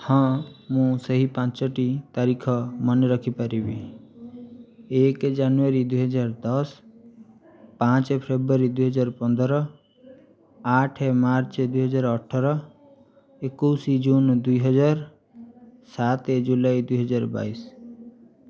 ହଁ ମୁଁ ସେହି ପାଞ୍ଚଟି ତାରିଖ ମନେରଖିପାରିବି ଏକ ଜାନୁଆରୀ ଦୁଇହଜାର ଦଶ ପାଞ୍ଚ ଫେବୃଆରୀ ଦୁଇହଜାର ପନ୍ଦର ଆଠ ମାର୍ଚ୍ଚ ଦୁଇହଜାର ଅଠର ଏକୋଇଶ ଜୁନ୍ ଦୁଇହଜାର ସାତ ଜୁଲାଇ ଦୁଇହଜାର ବାଇଶ